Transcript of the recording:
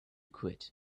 quit